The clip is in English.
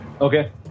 Okay